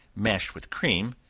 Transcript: mashed with cream,